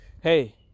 Hey